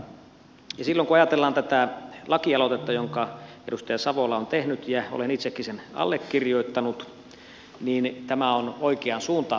silloin kun ajatellaan tätä lakialoitetta jonka edustaja savola on tehnyt ja jonka itsekin olen allekirjoittanut niin tämä on oikeaan suuntaan menevä